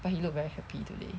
but he looked very happy today